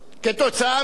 כתוצאה מזה,